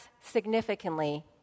significantly